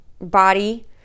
body